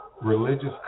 religious